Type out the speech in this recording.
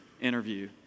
interview